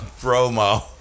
promo